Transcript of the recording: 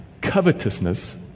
covetousness